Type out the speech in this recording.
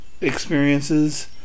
experiences